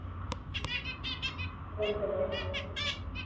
ᱨᱩᱢ ᱠᱚᱫᱚ